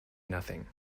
nothing